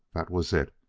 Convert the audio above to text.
that was it.